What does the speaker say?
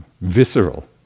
visceral